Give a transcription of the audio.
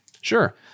Sure